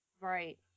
Right